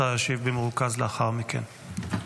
השר ישיב במרוכז לאחר מכן.